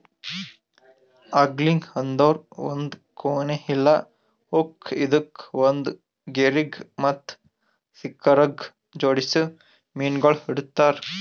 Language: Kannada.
ಆಂಗ್ಲಿಂಗ್ ಅಂದುರ್ ಒಂದ್ ಕೋನಿ ಇಲ್ಲಾ ಹುಕ್ ಇದುಕ್ ಒಂದ್ ಗೆರಿಗ್ ಮತ್ತ ಸಿಂಕರಗ್ ಜೋಡಿಸಿ ಮೀನಗೊಳ್ ಹಿಡಿತಾರ್